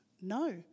no